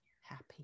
happy